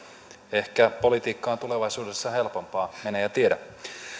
ehkä politiikka on tulevaisuudessa helpompaa mene ja tiedä